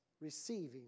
receiving